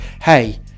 hey